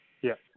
Yes